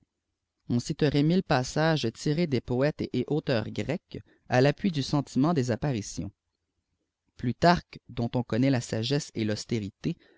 on citait mille passives tirés do poètes et auteurs greci k l'appui du siment des apparitions plutare dont on connaît la sagesse et l'auâléritè